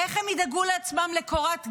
איך הם ידאגו לעצמם לקורת גג?